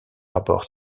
rapport